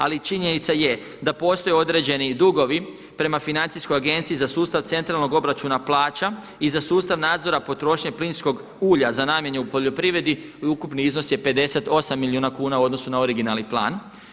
Ali činjenica je da postoje određeni dugovi prema Financijskoj agenciji za sustav centralnog obračuna plaća i za sustav nadzora potrošnje plinskog ulja za namjeni u poljoprivredi i ukupni iznos je 58 milijuna kuna u odnosu na originalni plan.